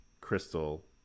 Crystal